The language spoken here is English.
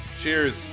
Cheers